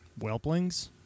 Whelplings